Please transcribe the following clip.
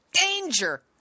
danger